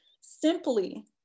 simply